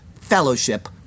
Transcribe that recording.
fellowship